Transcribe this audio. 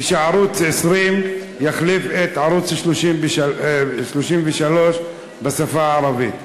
וערוץ 20 יחליף את ערוץ 33 בשפה הערבית.